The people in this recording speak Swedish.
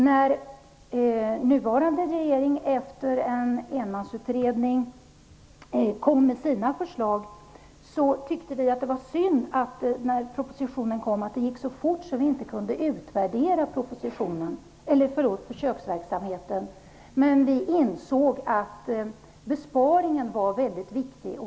När nuvarande regering, efter en enmansutredning, kom med sin proposition tyckte vi att det var synd att det hade gått så fort att vi inte kunde utvärdera försöksverksamheten, men vi ansåg att besparingen var mycket viktig.